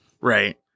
right